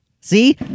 See